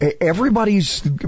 everybody's